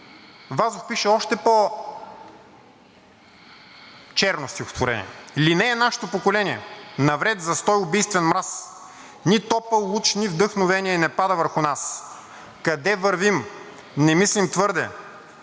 Вазов пише още по-черно стихотворение: „Линее нашто поколенье навред застой, убийствен мраз; ни топъл луч, ни вдъхновенье не пада върху нас. Къде вървим, не мислим твърде,